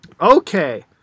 Okay